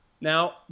Now